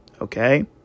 Okay